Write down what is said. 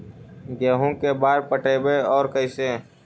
गेहूं के बार पटैबए और कैसे?